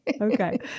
Okay